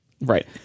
right